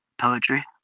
poetry